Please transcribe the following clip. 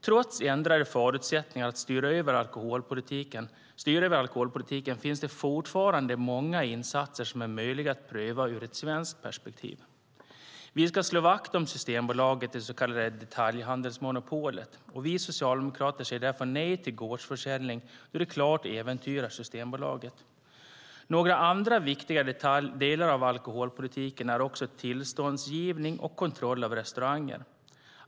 Trots ändrade förutsättningar att styra över alkoholpolitiken finns det fortfarande många insatser som är möjliga att pröva ur ett svenskt perspektiv. Vi ska slå vakt om Systembolaget, det så kallade detaljhandelsmonopolet. Vi socialdemokrater säger därför nej till gårdsförsäljning då det klart äventyrar Systembolaget. Andra viktiga delar av alkoholpolitiken är tillståndsgivning och kontroll av restauranger.